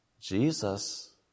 Jesus